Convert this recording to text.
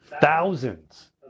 thousands